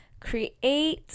create